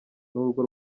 n’urugo